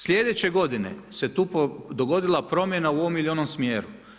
Sljedeće godine se tu dogodila promjena u ovom ili onom smjeru.